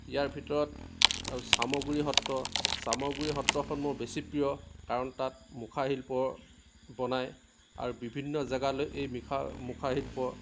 ইয়াৰ ভিতৰত আৰু চামগুৰি সত্ৰ চামগুৰি সত্ৰখন মোৰ বেছি প্ৰিয় কাৰণ তাত মুখা শিল্প বনাই আৰু বিভিন্ন জেগালৈ এই মেখা মুখা শিল্প